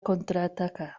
contraatacar